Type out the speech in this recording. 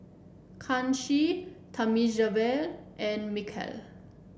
Kanshi Thamizhavel and Milkha